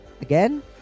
Again